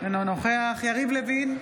אינו נוכח יריב לוין,